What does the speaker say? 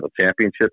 championship